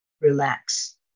relax